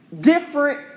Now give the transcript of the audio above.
different